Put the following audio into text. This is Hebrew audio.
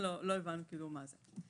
לא הבנו מה זה.